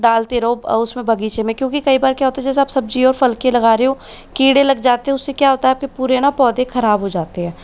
डालते रहो उसमें बगीचे में क्योंकि कई बार क्या होता है जैसे आप सब्ज़ी और फल के लगा रहे हो कीड़े लग जाते हैं उससे क्या होता है आपके पूरे है न पौधे ख़राब हो जाते हैं